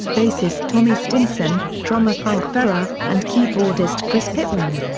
bassist tommy stinson, drummer frank ferrer, and keyboardist chris pitman.